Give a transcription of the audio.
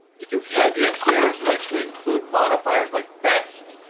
you can see ideas here like to include modifiers like best.